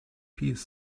piece